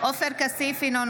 חברת הכנסת פנינה תמנו